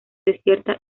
desierta